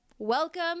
Welcome